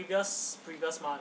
okay